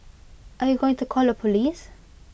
are you going to call the Police